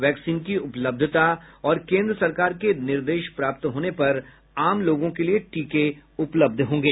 vaccine की उपलब्धता और केन्द्र सरकार के निर्देश प्राप्त होने पर आम लोगों के लिए टीके उपलब्ध होंगे